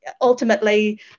ultimately